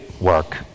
work